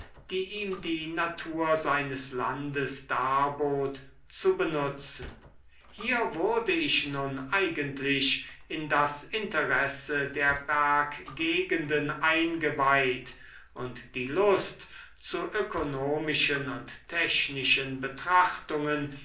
die ihm die natur seines landes darbot zu benutzen hier wurde ich nun eigentlich in das interesse der berggegenden eingeweiht und die lust zu ökonomischen und technischen betrachtungen